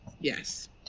Yes